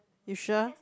you sure